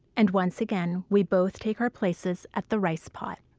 and once again we both take our places at the rice pot.